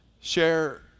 share